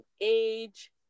age